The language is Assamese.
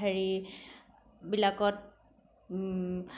হেৰিবিলাকত